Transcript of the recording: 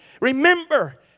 remember